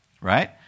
Right